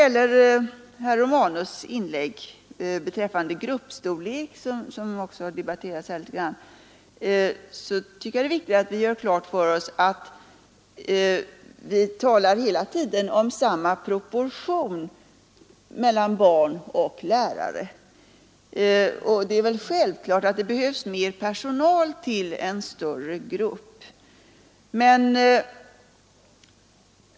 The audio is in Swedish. Herr Romanus tog sedan upp frågan om gruppstorlek, och där tycker jag det är viktigt att klargöra att propositionen hela tiden har räknat med samma proportion mellan barn och lärare. Självklart behövs det mer personal till en större grupp.